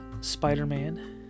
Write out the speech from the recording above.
Spider-Man